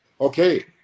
Okay